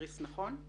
איריס, נכון?